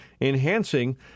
enhancing